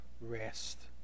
rest